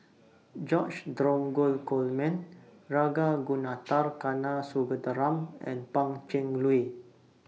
George Dromgold Coleman Ragunathar Kanagasuntheram and Pan Cheng Lui